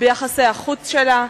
ביחסי החוץ שלה,